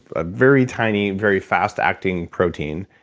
a very tiny, very fast acting protein,